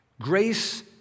Grace